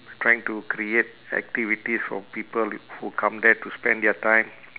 trying to create activities for people w~ who come there to spend their time